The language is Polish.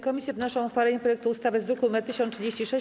Komisje wnoszą o uchwalenie projektu ustawy z druku nr 1036.